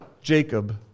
Jacob